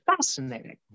fascinating